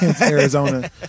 Arizona